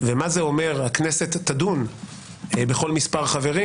ומה זה אומר שהכנסת תדון בכל מספר חברים,